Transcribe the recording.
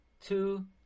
Two